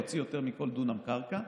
להוציא יותר מכל דונם קרקע,